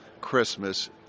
Christmas